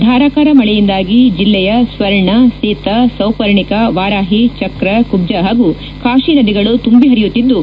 ಧಾರಾಕಾರ ಮಳೆಯಿಂದಾಗಿ ಜಿಲ್ಲೆಯ ಸ್ವರ್ಣ ಸೀತಾ ಸೌಪರ್ಣಿಕ ವಾರಾಹಿ ಚಕ್ರ ಕುಟ್ಟ ಹಾಗೂ ಕಾತಿ ನದಿಗಳು ತುಂಬಿ ಹರಿಯುತ್ತಿದ್ದು